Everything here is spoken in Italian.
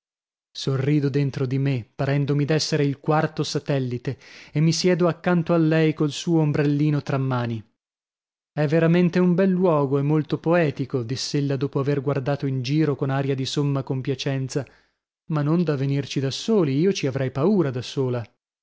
sorrido dentro di me parendomi d'essere il quarto satellite e mi siedo accanto a lei col suo ombrellino tra mani è veramente un bel luogo e molto poetico diss'ella dopo aver guardato in giro con aria di somma compiacenza ma non da venirci da soli io ci avrei paura da sola